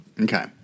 Okay